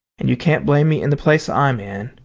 and you can't blame me in the place i'm in.